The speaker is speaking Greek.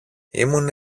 ήμουν